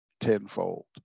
tenfold